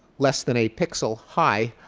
less than a pixel high,